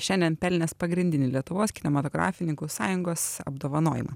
šiandien pelnęs pagrindinį lietuvos kinematografininkų sąjungos apdovanojimą